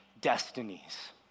destinies